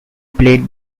played